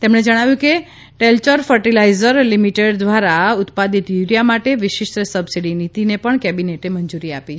તેમણે જણાવ્યું કે ટેલચર ફર્ટિલાઇઝર્સ લિમિટેડ દ્વારા ઉત્પાદિત યુરિયા માટે વિશિષ્ટ સબસિડી નીતિને પણ કેબિનેટે મંજૂરી આપી છે